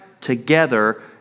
together